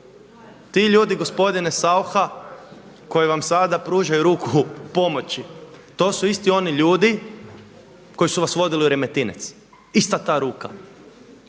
Ti ljudi gospodine Saucha koji vam sada pružaju ruku pomoći, to su isti oni ljudi koji su vas vodili u Remetinec. Ista ta ruka,